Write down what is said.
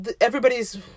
everybody's